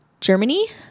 Germany